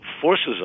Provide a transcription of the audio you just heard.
forces